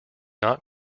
not